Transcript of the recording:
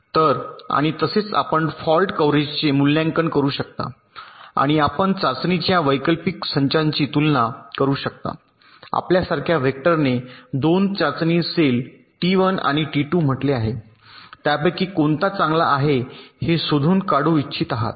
तर आणि तसेच आपण फॉल्ट कव्हरेजचे मूल्यांकन करू शकता आणि आपण चाचणीच्या वैकल्पिक संचाची तुलना करू शकता आपल्यासारख्या वेक्टरने 2 चाचणी सेल टी 1 आणि टी 2 म्हटले आहे त्यापैकी कोणता चांगले आहे हे शोधून काढू इच्छित आहात